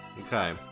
Okay